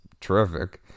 terrific